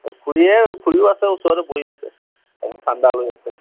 খুড়ীয়ে খুড়ীও আছে ওচৰতে বহি আছে অলপ ঠাণ্ডা লৈ আছে